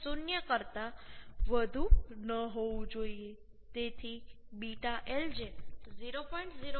0 કરતા વધુ ન હોવું જોઈએ તેથી β lj 0